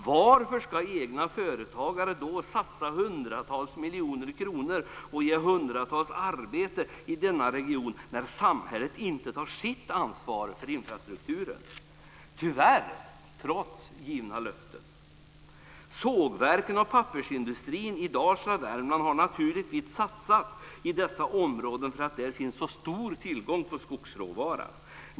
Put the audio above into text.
Varför ska egna företagare då satsa hundratals miljoner kronor och ge hundratals arbete i denna region när samhället inte tar sitt ansvar för infrastrukturen, trots givna löften? Värmland har naturligtvis satsat i dessa områden därför att där finns så stor tillgång på skogsråvara.